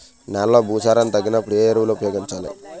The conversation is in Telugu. నెలలో భూసారాన్ని తగ్గినప్పుడు, ఏ ఎరువులు ఉపయోగించాలి?